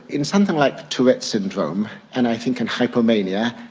in something like tourette's syndrome, and i think in hypomania,